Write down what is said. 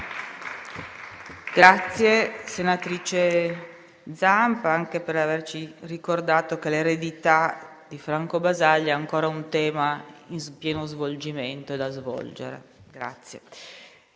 ringrazio, senatrice Zampa, anche per averci ricordato che l'eredità di Franco Basaglia è ancora un tema in pieno svolgimento e da svolgere.